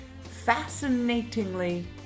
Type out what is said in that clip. Fascinatingly